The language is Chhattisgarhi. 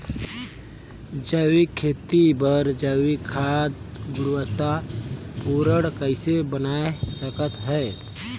जैविक खेती बर जैविक खाद गुणवत्ता पूर्ण कइसे बनाय सकत हैं?